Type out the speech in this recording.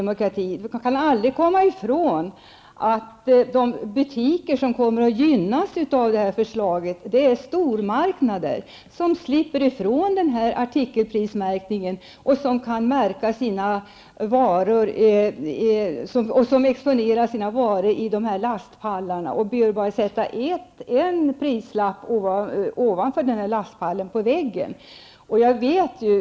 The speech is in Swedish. Man kan aldrig komma ifrån att de butiker som kommer att gynnas av det här förslaget är stormarknader, som slipper ifrån artikelprismärkningen därför att de exponerar sina varor i lastpallar och bara behöver sätta en prislapp på väggen ovanför lastpallen.